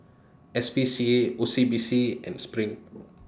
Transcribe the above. S P C A O C B C and SPRING